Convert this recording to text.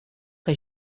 que